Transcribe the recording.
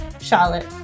Charlotte